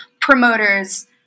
promoters